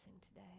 today